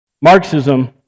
Marxism